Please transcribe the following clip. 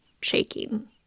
shaking